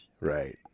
Right